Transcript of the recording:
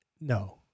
No